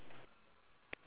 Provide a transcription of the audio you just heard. !wah! so cold